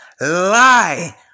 lie